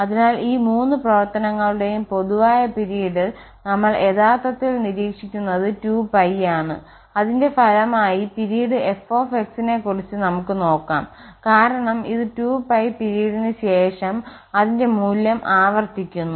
അതിനാൽ ഈ മൂന്ന് പ്രവർത്തനങ്ങളുടെയും പൊതുവായ പിരീഡിൽ നമ്മൾ യഥാർത്ഥത്തിൽ നിരീക്ഷിക്കുന്നത് 2π ആണ് അതിന്റെ ഫലമായി പിരീഡ് f നെ കുറിച് നമുക്ക് നോക്കാം കാരണം ഇത് 2π പിരീഡിന് ശേഷം അതിന്റെ മൂല്യം ആവർത്തിക്കുന്നു